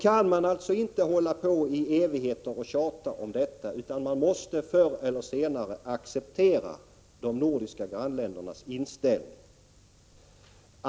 Man kan inte hålla på i evigheter och tjata om detta, utan man måste förr eller senare acceptera de nordiska grannländernas inställning.